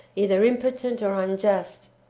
either impotent or unjust,